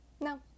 No